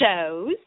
shows